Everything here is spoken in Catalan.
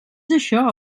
això